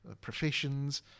professions